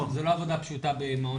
זה לא עבודה פשוטה במעון נעול.